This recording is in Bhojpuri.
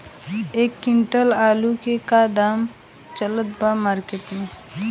एक क्विंटल आलू के का दाम चलत बा मार्केट मे?